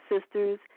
sisters